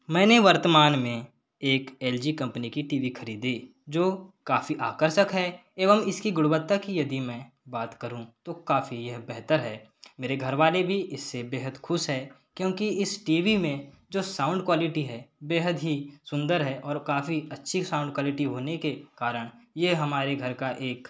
मैंने वर्तमान में एक एलजी कंपनी की टीवी खरीदी जो काफ़ी आकर्षक है एवं इसकी गुणवत्ता की यदि मैं बात करूँ तो काफ़ी यह बेहतर है मेरे घर वाले भी इससे बेहद खुश हैं क्योंकि इस टीवी में जो साउंड क्वालिटी है बेहद ही सुंदर है और काफ़ी अच्छी साउंड क्वालिटी होने के कारण ये हमारे घर का एक